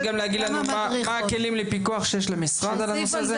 וגם להגיד לנו מה הכלים לפיקוח שיש למשרד על הנושא הזה?